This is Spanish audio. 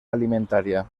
alimentaria